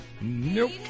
Nope